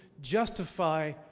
justify